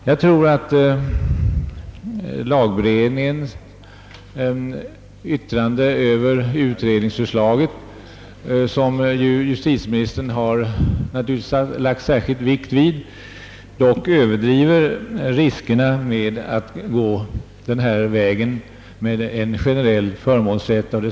Jag tror att lagberedningen i sitt avstyrkande utlåtande över utredningsförslaget i denna del, som justitieministern naturligtvis har lagt särskild vikt vid, dock överdriver riskerna med en generell förmånsrätt.